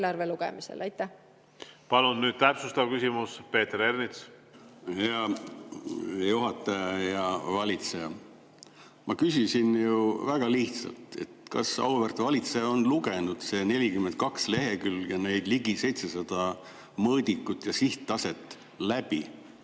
Palun nüüd täpsustav küsimus, Peeter Ernits. Hea juhataja! Hea valitseja! Ma küsisin ju väga lihtsalt: kas auväärt valitseja on lugenud 42 lehekülge neid ligi 700 mõõdikut ja sihttaset läbi?